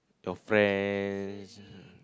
your friends